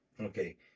okay